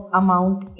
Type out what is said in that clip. amount